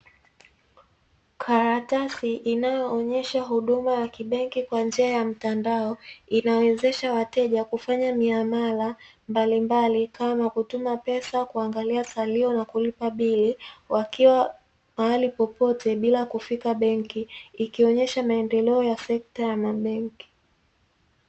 Karatasi inayoonyesha huduma ya kibenki kwa njia ya mtandao inawezesha wateja kufanya miamala mbalimbali kama: kutuma pesa, kuangalia salio na kulipa bili wakiwa mahali popote bila kufika benki ikionyesha maendeleo ya sekta ya mabenki.